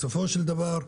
בסופו של דבר,